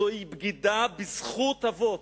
זוהי בגידה בזכות אבות,